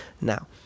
Now